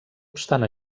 obstant